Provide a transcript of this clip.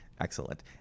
Excellent